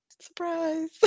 surprise